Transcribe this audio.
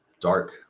dark